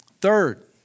Third